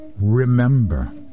remember